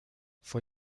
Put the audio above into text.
fue